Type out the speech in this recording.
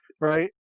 right